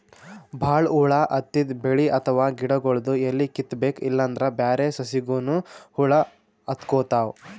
ಭಾಳ್ ಹುಳ ಹತ್ತಿದ್ ಬೆಳಿ ಅಥವಾ ಗಿಡಗೊಳ್ದು ಎಲಿ ಕಿತ್ತಬೇಕ್ ಇಲ್ಲಂದ್ರ ಬ್ಯಾರೆ ಸಸಿಗನೂ ಹುಳ ಹತ್ಕೊತಾವ್